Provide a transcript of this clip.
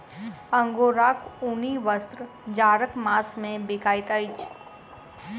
अंगोराक ऊनी वस्त्र जाड़क मास मे बिकाइत अछि